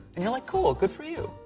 and you're like, cool, good for you.